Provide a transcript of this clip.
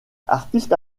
artiste